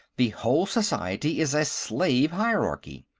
the whole society is a slave hierarchy.